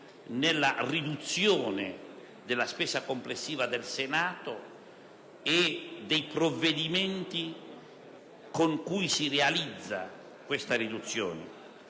nella riduzione della spesa complessiva del Senato e dei provvedimenti con cui si realizza questa riduzione;